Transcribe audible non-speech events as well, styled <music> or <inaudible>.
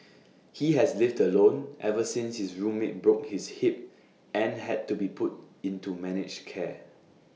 <noise> he has lived alone ever since his roommate broke his hip and had to be put into managed care